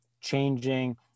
changing